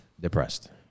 depressed